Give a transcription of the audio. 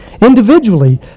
individually